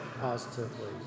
positively